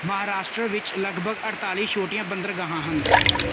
ਮਹਾਰਾਸ਼ਟਰ ਵਿੱਚ ਲਗਭਗ ਅਠਤਾਲੀ ਛੋਟੀਆਂ ਬੰਦਰਗਾਹਾਂ ਹਨ